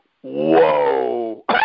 whoa